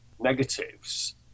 negatives